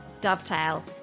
Dovetail